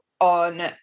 on